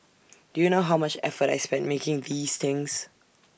do you know how much effort I spent making these things